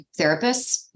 therapists